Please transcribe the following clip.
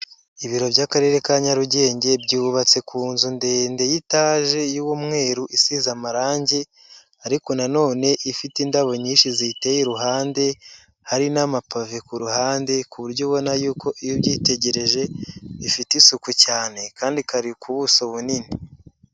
Ibiro by'akarere ka Nyarugenge byubatse ku nzu ndende y'itage y'umweru isize amarange ariko na none ifite indabo nyinshi ziyiteye iruhande, hari n'amapave ku ruhande ku buryo ubona y'uko iyo ubyitegereje bifite isuku cyane kandi kari ku buso bunini.